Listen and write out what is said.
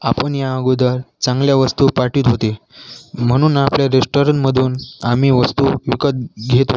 आपण या अगोदर चांगल्या वस्तू पाठवित होते म्हणून आपल्या रेस्टोरंटमधून आम्ही वस्तू विकत घेत होतो